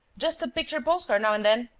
just a picture postcard, now and again.